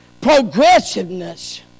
progressiveness